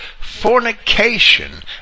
fornication